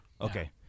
Okay